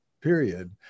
Period